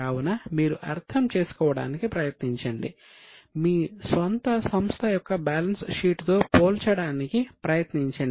కావున మీరు అర్థం చేసుకోవడానికి ప్రయత్నించండి మీ స్వంత సంస్థ యొక్క బ్యాలెన్స్ షీట్తో పోల్చడానికి ప్రయత్నించండి